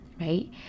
right